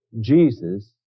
Jesus